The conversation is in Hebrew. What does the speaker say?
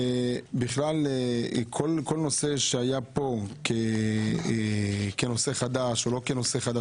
כל נושא שהיה פה כנושא חדש או לא כנושא חדש,